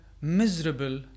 miserable